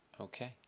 Okay